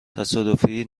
تصادفی